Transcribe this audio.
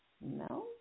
No